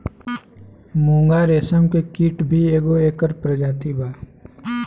मूंगा रेशम के कीट भी एगो एकर प्रजाति बा